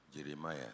Jeremiah